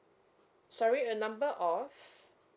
sorry your number of